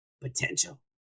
potential